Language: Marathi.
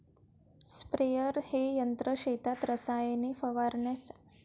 स्प्रेअर हे यंत्र शेतात रसायने फवारण्यासाठी वापरले जाते